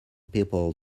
people